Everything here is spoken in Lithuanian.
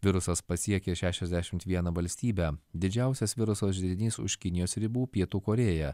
virusas pasiekė šešiasdešimt vieną valstybę didžiausias viruso židinys už kinijos ribų pietų korėja